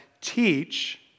teach